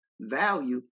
value